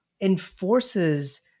enforces